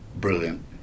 brilliant